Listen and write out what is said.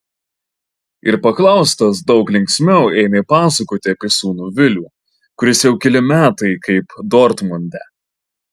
ir paklaustas daug linksmiau ėmė pasakoti apie sūnų vilių kuris jau keli metai kaip dortmunde